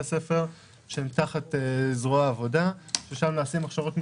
ספר תחת זרוע עבודה ששם נעשות הכשרות מקצועיות,